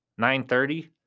9.30